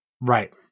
right